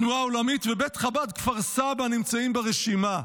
התנועה העולמית, ובית חב"ד כפר סבא נמצאים ברשימה.